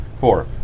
Four